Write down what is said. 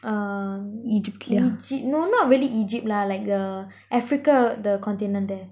err egypt no not really egypt lah like the africa the continent there